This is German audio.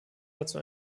dazu